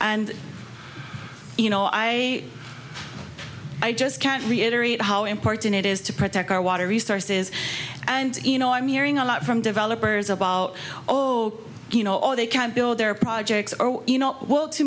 and you know i i just can't reiterate how important it is to protect our water resources and you know i'm hearing a lot from developers about oh you know or they can build their projects or you know w